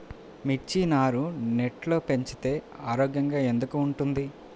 మిర్చి నారు నెట్లో పెంచితే ఆరోగ్యంగా ఎందుకు ఉంటుంది?